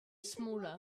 smaller